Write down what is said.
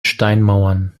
steinmauern